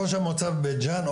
ראש המועצה בבית ג'אן,